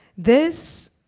this,